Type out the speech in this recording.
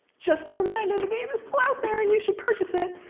just a reminder, the game is still out there and you should purchase it!